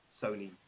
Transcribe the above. Sony